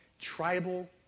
Tribal